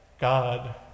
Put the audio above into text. God